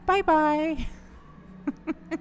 Bye-bye